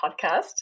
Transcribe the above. podcast